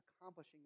accomplishing